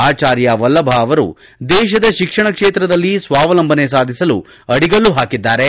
ಆಚಾರ್ಯ ವಲ್ಲಭ ಅವರು ದೇಶದ ಶಿಕ್ಷಣ ಕ್ಷೇತ್ರದಲ್ಲಿ ಸ್ವಾವಲಂಭನೆ ಸಾಧಿಸಲು ಅಡಿಗಲ್ಲು ಹಾಕಿದ್ದಾರೆ